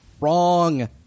wrong